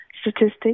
statistics